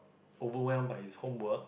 overwhelmed by his homework